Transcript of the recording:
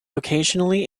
occasionally